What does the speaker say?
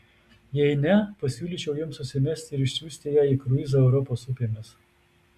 jei ne pasiūlyčiau jiems susimesti ir išsiųsti ją į kruizą europos upėmis